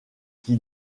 qui